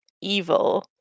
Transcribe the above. evil